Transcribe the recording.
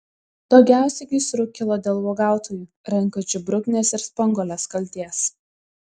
daugiausiai gaisrų kilo dėl uogautojų renkančių bruknes ir spanguoles kaltės